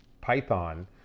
Python